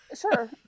Sure